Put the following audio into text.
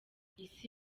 isi